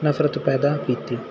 ਨਫ਼ਰਤ ਪੈਦਾ ਕੀਤੀ